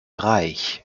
reich